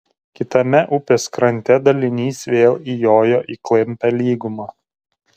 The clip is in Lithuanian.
kitame upės krante dalinys vėl įjojo į klampią lygumą